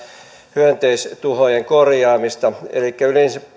hyönteistuhojen korjaamista elikkä